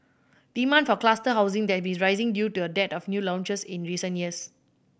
demand for cluster housing that been rising due to a dearth of new launches in recent years